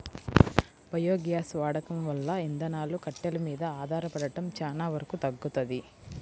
biogas వాడకం వల్ల ఇంధనాలు, కట్టెలు మీద ఆధారపడటం చానా వరకు తగ్గుతది